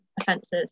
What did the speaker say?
offences